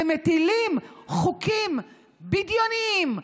שמטילים חוקים בדיוניים,